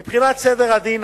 מבחינת סדרי דין,